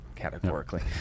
categorically